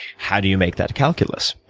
how do you make that calculus,